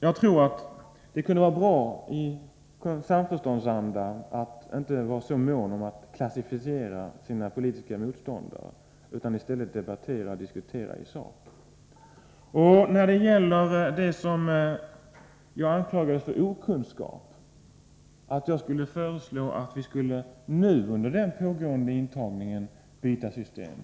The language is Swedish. Det kunde nog vara bra för samförståndsandan att inte vara så mån om att klassificera sina politiska motståndare utan i stället debattera och diskutera i sak! Jag anklagas för okunskap och för att föreslå att vi nu, under pågående intagning, skulle byta system.